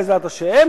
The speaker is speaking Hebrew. בעזרת השם,